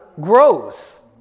grows